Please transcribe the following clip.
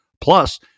plus